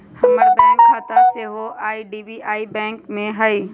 हमर बैंक खता सेहो आई.डी.बी.आई बैंक में हइ